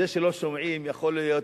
זה שלא שומעים יכול להיות,